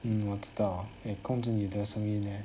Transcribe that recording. mm 我知道会控制你的生命 eh